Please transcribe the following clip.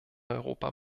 europa